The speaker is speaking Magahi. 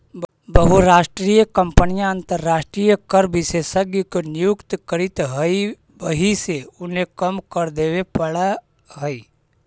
बहुराष्ट्रीय कंपनियां अंतरराष्ट्रीय कर विशेषज्ञ को नियुक्त करित हई वहिसे उन्हें कम कर देवे पड़ा है